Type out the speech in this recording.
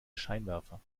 scheinwerfer